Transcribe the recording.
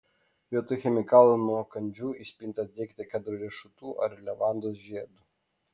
vietoj chemikalų nuo kandžių į spintas dėkite kedro riešutų ar levandos žiedų